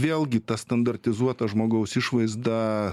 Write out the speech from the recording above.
vėlgi ta standartizuota žmogaus išvaizda